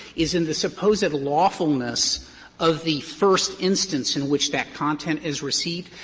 is in the supposed lawfulness of the first instance in which that content is received.